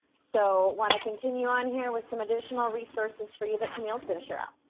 so want to continue on here with some additional resources for you that camille is going to share out,